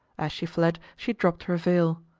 as she fled she dropped her veil.